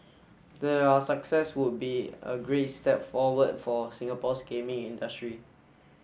their success would be a great step forward for Singapore's gaming industry